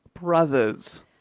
brothers